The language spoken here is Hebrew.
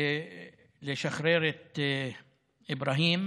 לשחרר את אבראהים,